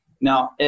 Now